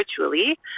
virtually